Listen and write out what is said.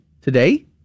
today